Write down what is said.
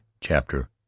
Chapter